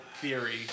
theory